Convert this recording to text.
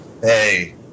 Hey